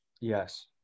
Yes